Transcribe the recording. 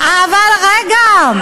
אתה יודע שזו לא האמת,